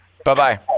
Bye-bye